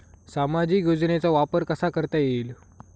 सामाजिक योजनेचा वापर कसा करता येईल?